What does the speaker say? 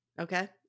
Okay